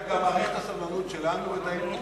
אתה גם מעריך את הסבלנות שלנו ואת האיפוק?